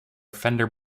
fender